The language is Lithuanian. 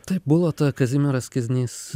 taip bulota kazimieras kiznis